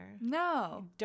No